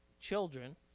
children